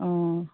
অঁ